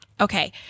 Okay